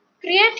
Create